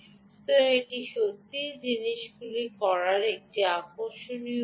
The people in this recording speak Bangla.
সুতরাং এটি সত্যিই জিনিসগুলি করার একটি আকর্ষণীয় উপায়